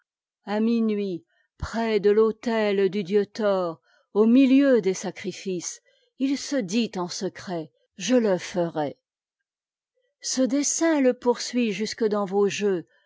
à minuit près de l'autetdudieuthor'i au'mtneu des sacriucës il se dit en secret je te ferai ce dessein le pbursuit jusque dans vos jeux